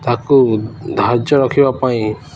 ତାକୁ ଧାର୍ଯ୍ୟ ରଖିବା ପାଇଁ